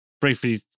briefly